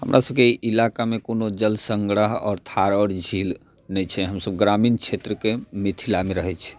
हमरा सबके इलाका मे कोनो जल संग्रह आओर धार आओर झील नहि छै हमसब ग्रामीण क्षेत्र के मिथिला मे रहै छी